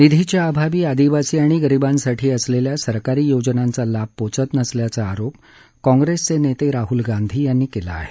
निधीच्या अभावी आदिवासी आणि गरीबांसाठी असलेल्या सरकारी योजनांचा लाभ पोचत नसल्याचा आरोप काँप्रेस नेते राहुल गांधी यांनी केला आहे